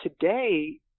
Today